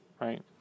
right